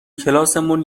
کلاسمون